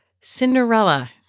Cinderella